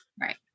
Right